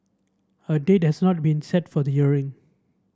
a date has not been set for the hearing